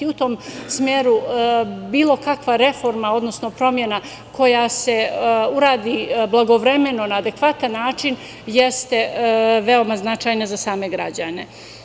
U tom smeru, bilo kakva reforma, odnosno promena, koja se uradi blagovremeno na adekvatan način jeste veoma značajna za same građane.